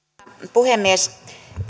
puhemies